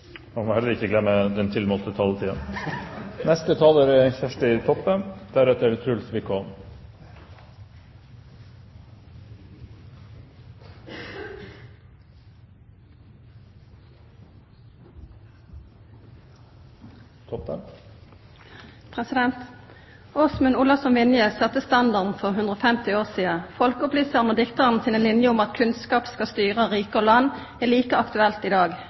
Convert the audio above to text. den tilmålte taletiden. Aasmund Olavsson Vinje sette standarden for 150 år sidan. Folkeopplysaren og diktaren sine linjer om at «Kunnskap skal styra rike og land» er like aktuelle i dag.